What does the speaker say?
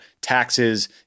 taxes